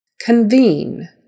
Convene